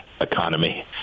economy